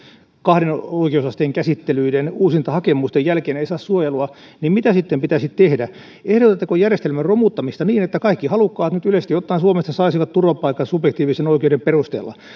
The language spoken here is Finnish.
kahden oikeusasteen käsittelyiden uusintahakemusten jälkeen ei saa suojelua niin mitä sitten pitäisi tehdä ehdotatteko järjestelmän romuttamista niin että kaikki halukkaat nyt yleisesti ottaen suomesta saisivat turvapaikan subjektiivisen oikeuden perusteella